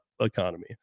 economy